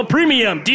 Premium